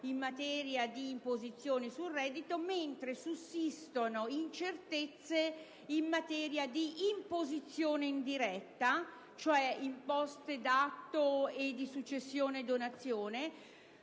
in materia di imposizione sul reddito, mentre sussistono incertezze in materia di imposizione indiretta, cioè imposte d'atto e di successione e donazione,